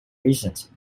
reasons